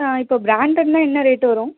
இப்போ ப்ராண்டட்னா என்ன ரேட் வரும்